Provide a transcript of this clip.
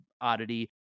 oddity